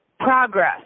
Progress